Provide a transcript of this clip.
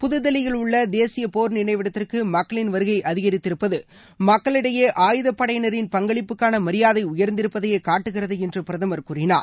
புத்தில்லியில் உள்ள தேசிய போர் நினைவிடத்திற்கு மக்களின் வருகை அதிகரித்திருப்பது மக்களிடையே ஆயுதப்படையினரின் பங்களிப்புக்கான மரியாதை உயர்ந்திருப்பதையே காட்டுகிறது என்று பிரதமர் கூறினார்